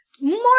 More